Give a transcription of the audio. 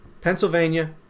Pennsylvania